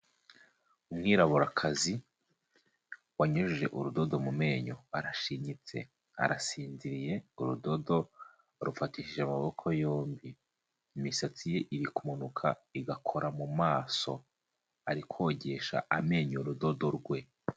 Umwiraburakazi wanyujije urudodo mu menyo arashinyitse, arasinziriye, urudodo arufatishije amaboko yombi, imisatsi ye iri kumanuka igakora mu maso, arikogesha amenyo urudodo rwe.